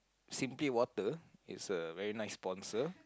simply water is a very nice sponser